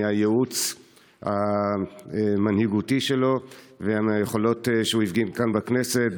מהייעוץ המנהיגותי שלו ומהיכולות שהוא הפגין כאן בכנסת,